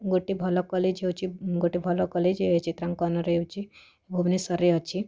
ଗୋଟେ ଭଲ କଲେଜ୍ ହେଉଛି ଗୋଟେ ଭଲ କଲେଜ୍ ଚିତ୍ରାଙ୍କନରେ ହେଉଛି ଭୁବନେଶ୍ୱରରେ ଅଛି